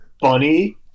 funny